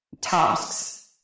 tasks